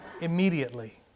immediately